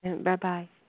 Bye-bye